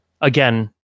again